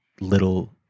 little